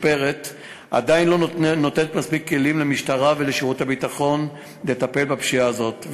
עדיין לא נותנת מספיק כלים למשטרה ולשירות הביטחון לטפל בפשיעה הזאת,